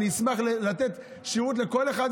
אשמח לתת שירות לכל אחד,